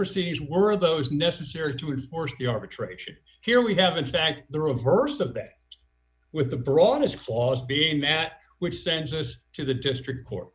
proceedings were those necessary to enforce the arbitration here we have in fact the reverse of that with the broadest flaws being that which sends us to the district court